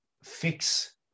fix